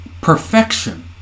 perfection